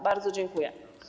Bardzo dziękuję.